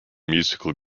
musical